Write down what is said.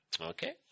Okay